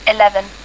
eleven